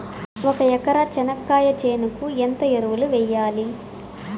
ఒక ఎకరా చెనక్కాయ చేనుకు ఎంత ఎరువులు వెయ్యాలి?